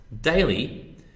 daily